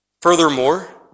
Furthermore